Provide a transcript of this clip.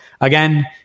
again